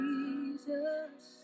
Jesus